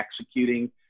executing